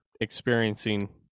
experiencing